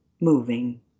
moving